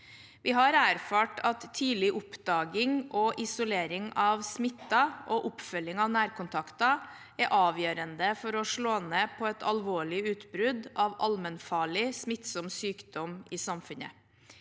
Vi har erfart at tidlig oppdaging og isolering av smittede, og oppfølging av nærkontakter, er avgjørende for å slå ned på et alvorlig utbrudd av allmennfarlig smittsom sykdom i samfunnet.